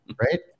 right